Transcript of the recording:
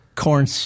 Corn